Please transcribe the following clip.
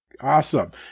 Awesome